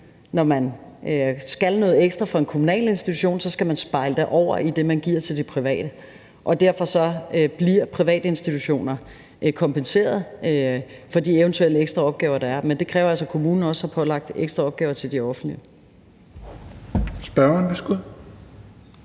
når man skal noget ekstra i en offentlig institution, og så skal man spejle det i det, man giver til de private. Derfor bliver privatinstitutioner kompenseret for de eventuelle ekstra opgaver, der er, men det kræver altså, at kommunen også har pålagt de offentlige